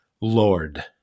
Lord